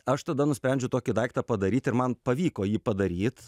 aš tada nusprendžiau tokį daiktą padaryti ir man pavyko jį padaryt